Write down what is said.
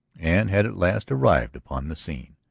and had at last arrived upon the scene.